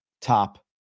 top